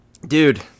Dude